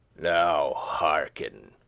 now hearken,